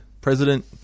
president